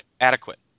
adequate